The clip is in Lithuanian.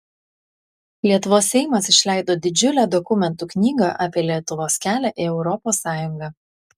lietuvos seimas išleido didžiulę dokumentų knygą apie lietuvos kelią į europos sąjungą